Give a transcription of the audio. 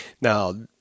Now